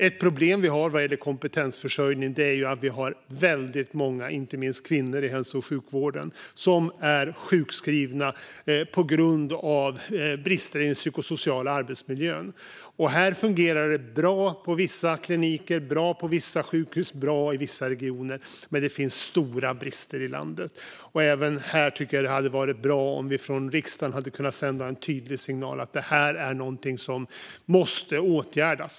Ett problem vi har vad gäller kompetensförsörjning är att vi har väldigt många - inte minst kvinnor - i hälso och sjukvården som är sjukskrivna på grund av brister i den psykosociala arbetsmiljön. Här fungerar det bra på vissa kliniker, på vissa sjukhus och i vissa regioner, men det finns stora brister i landet. Jag tycker att det hade varit bra om vi även här hade kunnat sända en tydlig signal från riksdagen om att detta är någonting som måste åtgärdas.